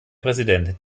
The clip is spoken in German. präsident